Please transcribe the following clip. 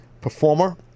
performer